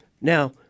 Now